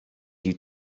you